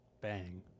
Bang